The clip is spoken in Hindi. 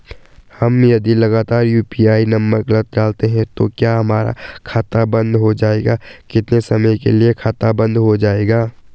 हम यदि लगातार यु.पी.आई नम्बर गलत डालते हैं तो क्या हमारा खाता बन्द हो जाएगा कितने समय के लिए खाता बन्द हो जाएगा?